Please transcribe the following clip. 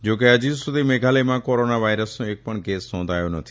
જો કે હજુ સુધી મેઘાલથમાં કોરોના વાયરસનો એકપણ કેસ નોંધાયો નથી